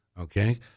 okay